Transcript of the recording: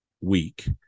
week